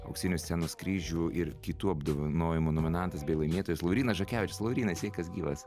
auksinių scenos kryžių ir kitų apdovanojimų nominantas bei laimėtojais laurynas žakevičius laurynas sveikas gyvas